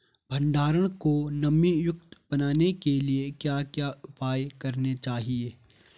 भंडारण को नमी युक्त बनाने के लिए क्या क्या उपाय करने चाहिए?